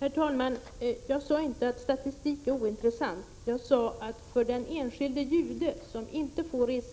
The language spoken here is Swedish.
Herr talman! Jag sade inte att statistik är ointressant. Det jag sade var att den statistik som lämnades var ointressant